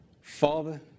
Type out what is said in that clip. father